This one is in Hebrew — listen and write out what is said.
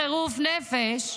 בחירוף נפש,